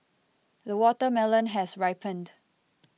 the watermelon has ripened